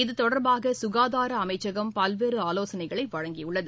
இது தொடர்பாக சுகாதார அமைச்சகம் பல்வேறு ஆலோசனைகளை வழங்கியுள்ளது